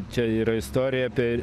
čia yra istorija apie